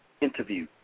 interview